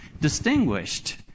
distinguished